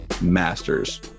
masters